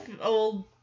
old